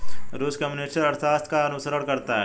रूस कम्युनिस्ट अर्थशास्त्र का अनुसरण करता है